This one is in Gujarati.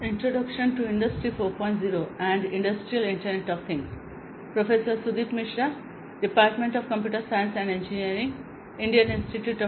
આ મોડ્યુલમાં આપણે ઇન્ડસ્ટ્રી 4